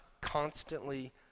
constantly